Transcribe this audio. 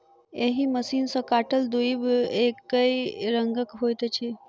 एहि मशीन सॅ काटल दुइब एकै रंगक होइत छै